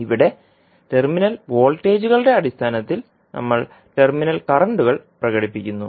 ഇവിടെ ടെർമിനൽ വോൾട്ടേജുകളുടെ അടിസ്ഥാനത്തിൽ നമ്മൾ ടെർമിനൽ കറന്റുകൾ പ്രകടിപ്പിക്കുന്നു